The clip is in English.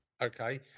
okay